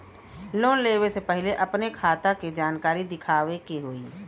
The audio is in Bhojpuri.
लोन लेवे से पहिले अपने खाता के जानकारी दिखावे के होई?